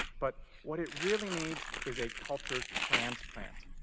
but what it really needs is a culture transplant,